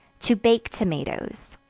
to bake tomatoes.